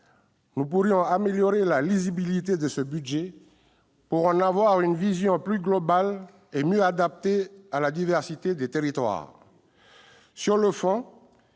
Nous pourrions aussi améliorer la lisibilité de ce budget, pour en avoir une vision plus globale et mieux adaptée à la diversité des territoires. Sur le fond,